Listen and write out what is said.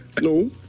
No